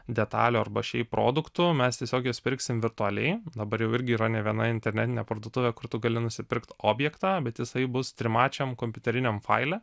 detalių arba šiaip produktų mes tiesiog juos pirksim virtualiai dabar jau irgi yra ne viena internetinė parduotuvė kur tu gali nusipirkt objektą bet jisai bus trimačiam kompiuteriniam faile